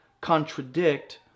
contradict